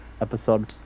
Episode